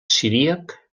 siríac